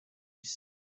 isi